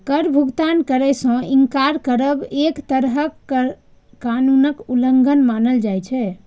कर भुगतान करै सं इनकार करब एक तरहें कर कानूनक उल्लंघन मानल जाइ छै